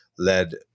Led